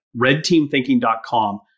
redteamthinking.com